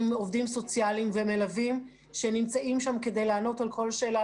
עם עובדים סוציאליים שנמצאים שם כדי לענות על כל שאלה,